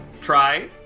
try